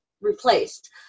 replaced